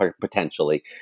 potentially